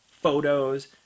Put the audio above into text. photos